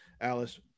Alice